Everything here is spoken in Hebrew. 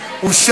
2016,